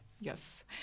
Yes